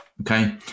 Okay